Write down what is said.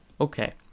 okay